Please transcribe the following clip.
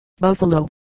Buffalo